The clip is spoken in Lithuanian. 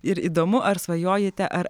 ir įdomu ar svajojate ar